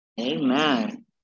Amen